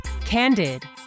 Candid